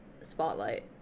spotlight